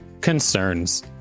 Concerns